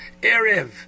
Erev